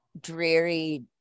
dreary